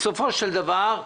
בסופו של דבר,